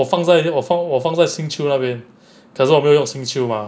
我放在一个我放我放在 xing qiu 那边可是我没有用 xing qiu mah